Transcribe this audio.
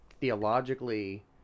theologically